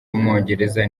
w’umwongereza